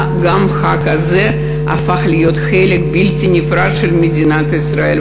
גם החג הזה הפך להיות חלק בלתי נפרד של מדינת ישראל.